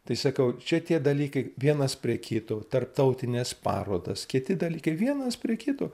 tai sakau čia tie dalykai vienas prie kito tarptautinės parodos kiti dalykai vienas prie kito